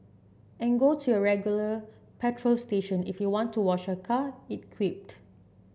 and go to your regular petrol station if you want to wash your car it quipped